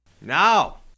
Now